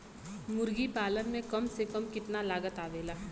मुर्गी पालन में कम से कम कितना लागत आवेला?